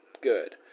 good